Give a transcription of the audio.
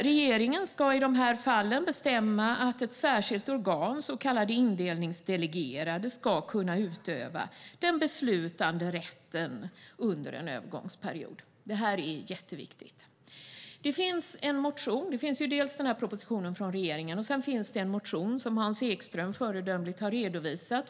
Regeringen ska i dessa fall bestämma att ett särskilt organ, så kallade indelningsdelegerade, ska kunna utöva den beslutande rätten under en övergångsperiod. Detta är jätteviktigt. Dels finns propositionen från regeringen, dels finns det en motion från Alliansen som Hans Ekström föredömligt har redovisat.